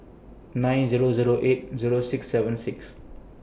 nine Zero Zero eight Zero six seven six